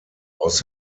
was